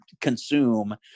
consume